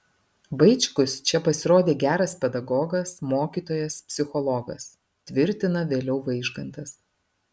vaičkus čia pasirodė geras pedagogas mokytojas psichologas tvirtina vėliau vaižgantas